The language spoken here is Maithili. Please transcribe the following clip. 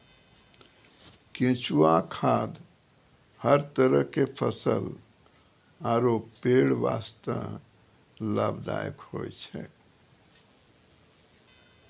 केंचुआ खाद हर तरह के फसल आरो पेड़ वास्तॅ लाभदायक होय छै